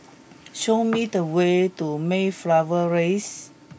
show me the way to Mayflower Raise